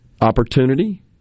Opportunity